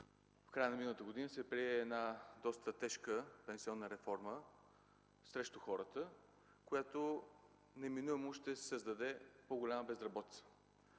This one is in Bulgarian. в края на миналата година се прие доста тежка пенсионна реформа срещу хората, която неминуемо ще създаде по-голяма безработица.